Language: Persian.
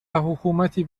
حکومتی